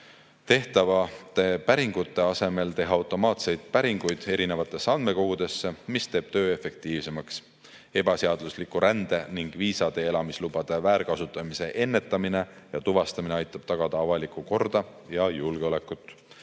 tehtavate päringute asemel teha automaatseid päringuid erinevatesse andmekogudesse, mis teeb töö efektiivsemaks. Ebaseadusliku rände ning viisade ja elamislubade väärkasutamise ennetamine ja tuvastamine aitab tagada avalikku korda ja julgeolekut.